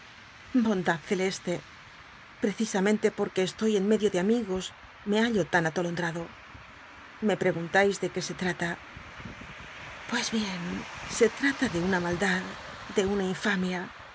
celeste ll'ecisamente porque estoy en medio de amigos me hallo tan atolondrado me preguntais de qué se h at a pues bien se trata de una maldad de una infamia